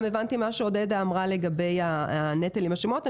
גם הבנתי מה עודדה אמרה לגבי הנטל עם השמות.